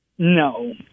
No